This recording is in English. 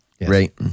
Right